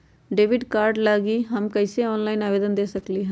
Debit card लागी हम कईसे ऑनलाइन आवेदन दे सकलि ह?